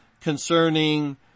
concerning